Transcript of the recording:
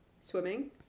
swimming